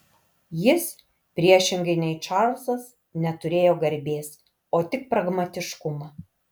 jis priešingai nei čarlzas neturėjo garbės o tik pragmatiškumą